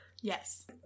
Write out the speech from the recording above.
yes